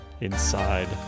inside